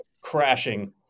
crashing